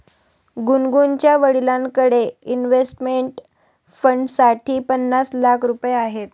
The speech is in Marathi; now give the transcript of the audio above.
गुनगुनच्या वडिलांकडे इन्व्हेस्टमेंट फंडसाठी पन्नास लाख रुपये आहेत